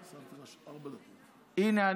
הינה,